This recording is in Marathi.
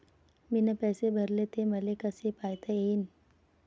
मीन पैसे भरले, ते मले कसे पायता येईन?